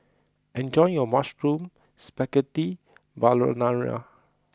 enjoy your Mushroom Spaghetti Carbonara